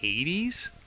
80s